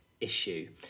issue